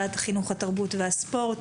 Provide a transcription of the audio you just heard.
ועדת החינוך התרבות והספורט.